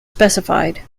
specified